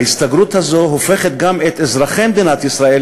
ההסתגרות הזו הופכת גם את אזרחי מדינת ישראל,